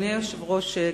אדוני היושב-ראש,